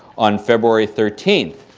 on february thirteenth.